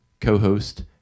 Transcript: co-host